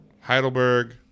Heidelberg